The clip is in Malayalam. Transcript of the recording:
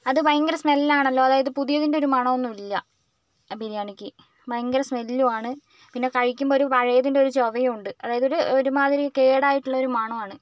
അത് ഭയങ്കര സ്മെലാണല്ലോ അതായത് പുതിയതിൻ്റെ ഒരു മണമൊന്നും ഇല്ല ആ ബിരിയാണിക്ക് ഭയങ്കര സ്മെലുവാണ് പിന്നെ കഴിക്കുമ്പൊരു പഴയതിൻറ്റൊരു ചൊവയും ഉണ്ട് അതായത് ഒരു ഒരുമാതിരി കേടായിട്ടുല്ലൊരു മണവുവാണ്